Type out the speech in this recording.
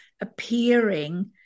appearing